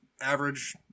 Average